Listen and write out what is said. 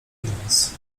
bilans